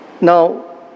Now